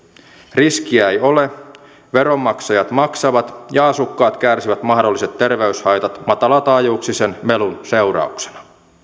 riskiä ei ole veronmaksajat maksavat ja asukkaat kärsivät mahdolliset terveyshaitat matalataajuuksisen melun seurauksena